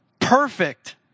perfect